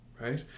Right